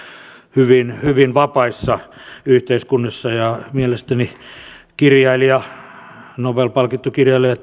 hyvin hyvin vapaissa yhteiskunnissa mielestäni nobel palkittu kirjailija